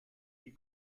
die